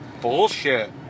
bullshit